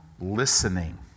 listening